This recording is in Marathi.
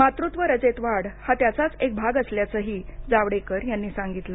मातृत्व रजेत वाढ हा त्याचाच एक भाग असल्याचंही जावडेकर यांनी सांगितलं